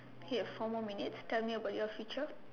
okay four more minutes tell me about your future